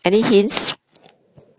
any hints